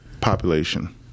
population